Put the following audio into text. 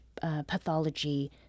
pathology